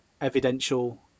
evidential